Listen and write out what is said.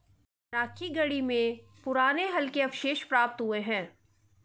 राखीगढ़ी में पुराने हल के अवशेष प्राप्त हुए हैं